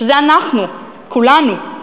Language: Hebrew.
שזה אנחנו, כולנו,